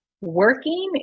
working